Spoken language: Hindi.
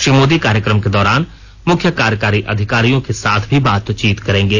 श्री मोदी कार्यक्रम के दौरान मुख्य कार्यकारी अधिकारियों के साथ भी बातचीत करेंगे